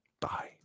Bye